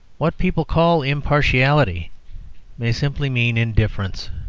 what people call impartiality may simply mean indifference,